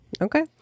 Okay